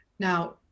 Now